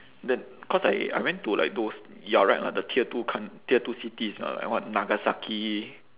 the cause I I went to like those you're right lah the tier two coun~ tier two cities uh like what nagasaki